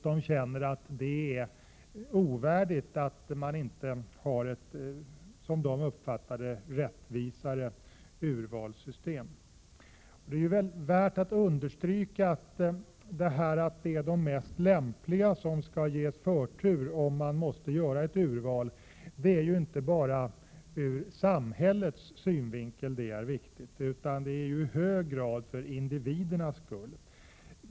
De känner att det är ovärdigt att man inte har ett, som de uppfattar det, rättvisare urvalssystem. Det är värt att understryka att det är de mest lämpade som skall ges förtur om man måste göra ett urval. Detta är viktigt inte bara ur samhällets synvinkel utan även i hög grad för individerna.